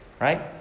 right